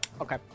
Okay